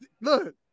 look